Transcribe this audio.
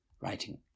writing